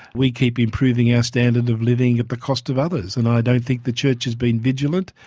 we keep improving our standard of living at the cost of others and i don't think the church has been vigilant.